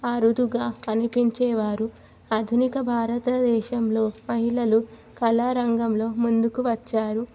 అరుదుగా కనిపించేవారు ఆధునిక భారతదేశంలో మహిళలు కళారంగంలో ముందుకు వచ్చారు